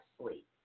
sleep